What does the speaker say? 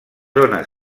ones